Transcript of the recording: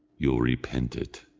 you'll repent it.